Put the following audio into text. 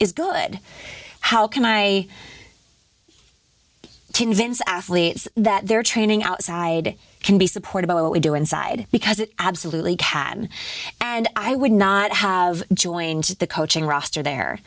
is good how can i tin's athletes that they're training outside can be supportive of what we do inside because it absolutely can and i would not have joined the coaching roster there